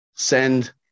send